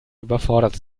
überfordert